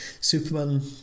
Superman